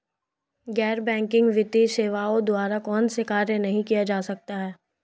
गैर बैंकिंग वित्तीय सेवाओं द्वारा कौनसे कार्य नहीं किए जा सकते हैं?